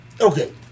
Okay